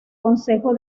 consejo